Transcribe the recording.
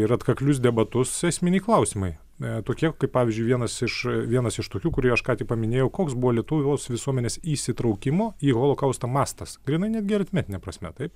ir atkaklius debatus esminiai klausimai ee tokie kaip pavyzdžiui vienas iš vienas iš tokių kurį aš ką tik paminėjau koks buvo lietuvos visuomenės įsitraukimo į holokaustą mastas grynai netgi aritmetine prasme taip